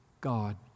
God